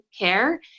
care